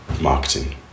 marketing